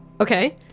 okay